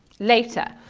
later.